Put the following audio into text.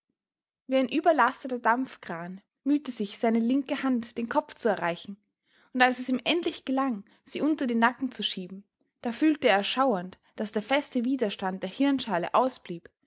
wie ein überlasteter dampfkran mühte sich seine linke hand den kopf zu erreichen und als es ihm endlich gelang sie unter den nacken zu schieben da fühlte er erschauernd daß der feste widerstand der hirnschale ausblieb